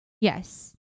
Yes